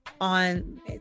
on